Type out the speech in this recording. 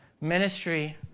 Ministry